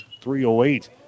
.308